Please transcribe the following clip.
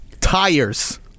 Tires